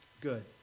Good